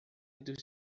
dos